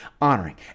Honoring